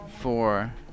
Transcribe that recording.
Four